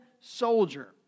soldier